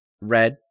red